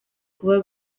kuba